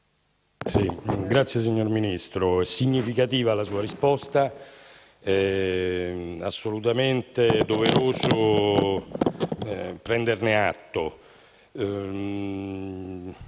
Signor Ministro, è significativa la sua risposta ed è assolutamente doveroso prenderne atto.